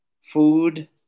Food